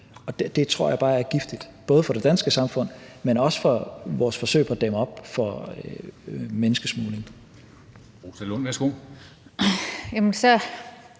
Det tror jeg bare er giftigt, både for det danske samfund, men også for vores forsøg på at dæmme op for menneskesmugling. Kl. 16:07 Formanden